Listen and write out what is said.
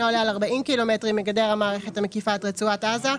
עולה על 40 קילומטרים מגדר המערכת המקיפה את רצועת עזה,